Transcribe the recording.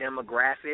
demographic